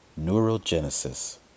Neurogenesis